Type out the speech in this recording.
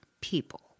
people